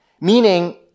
meaning